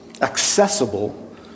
accessible